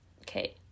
Okay